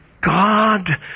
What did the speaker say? God